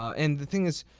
and the thing is,